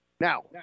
Now